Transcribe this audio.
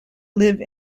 live